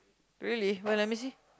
really where let me see